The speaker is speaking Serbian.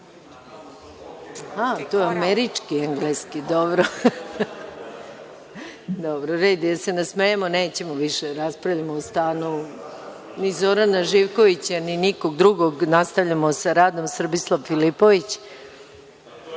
to je američki engleski. Dobro. Red je da se nasmejemo, nećemo više da raspravljamo o stanu, ni Zorana Živkovića, ni nikoga drugog. Nastavljamo sa radom. Srbislav Filipović,